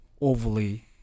overly